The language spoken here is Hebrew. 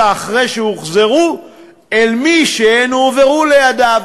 שאחרי שהוחזרו אל מי שהן הועברו לידיו,